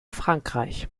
frankreich